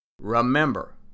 Remember